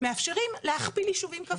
מאפשרים להכפיל יישובים כפריים.